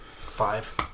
Five